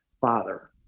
father